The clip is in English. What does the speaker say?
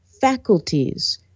faculties